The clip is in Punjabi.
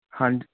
ਹਾਂਜੀ